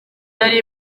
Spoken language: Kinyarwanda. yari